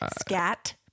scat